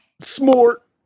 smart